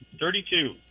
Thirty-two